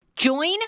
Join